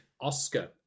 Oscar